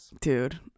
dude